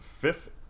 fifth